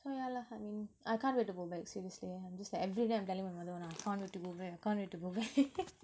so yeah lah hmm I can't wait to go back seriously I'm just like everyday I'm telling my mother [one] ah I can't wait to go back I can't wait to go back